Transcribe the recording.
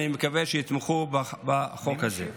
אני מקווה שיתמכו בחוק הזה.